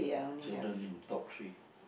children name top three